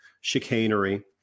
chicanery